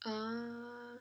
ah